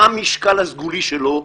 מה המשקל הסגולי שלו?